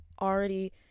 already